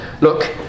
look